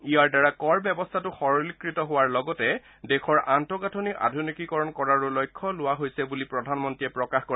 ইয়াৰ দ্বাৰা কৰ ব্যৱস্থাটো সৰলকৃত হোৱাৰ লগতে দেশৰ আন্তঃগাঠনি আধুনিকীকৰণ কৰাৰো লক্ষ্য লোৱা হৈছে বুলি প্ৰধানমন্ত্ৰীয়ে প্ৰকাশ কৰে